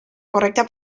correcta